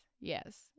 Yes